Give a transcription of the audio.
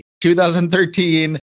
2013